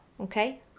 Okay